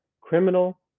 criminal